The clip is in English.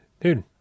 dude